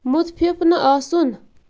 مُتفِف نہٕ آسُن